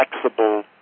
flexible